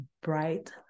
bright